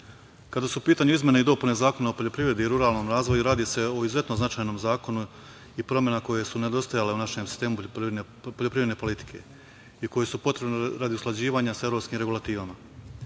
kada su u pitanju izmene i dopune Zakona o poljoprivredi i ruralnom razvoju, radi se o izuzetno značajnom zakonu i promenama koje su nedostajale u našem sistemu poljoprivredne politike i koje su potrebne radi usklađivanja sa evropskim regulativama. Svih